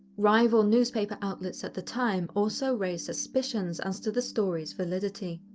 rival newspaper outlets at the time also raised suspicions as to the story's validity.